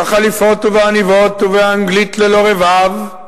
בחליפות ובעניבות ובאנגלית ללא רבב,